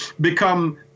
become